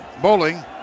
Bowling